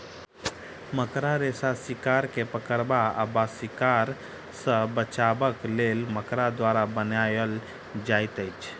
मकड़ा रेशा शिकार के पकड़बा वा शिकार सॅ बचबाक लेल मकड़ा द्वारा बनाओल जाइत अछि